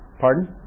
Pardon